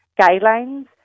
guidelines